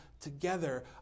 Together